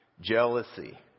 jealousy